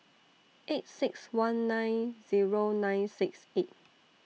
eight six one nine Zero nine six eight